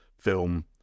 film